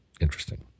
interesting